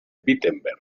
wittenberg